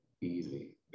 easy